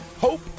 Hope